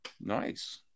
Nice